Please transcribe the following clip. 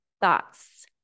thoughts